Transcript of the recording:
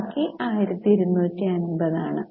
ബാക്കി 1250 ആണ്